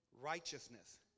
righteousness